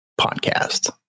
podcast